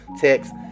text